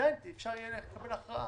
עדיין אפשר יהיה לקבל הכרעה.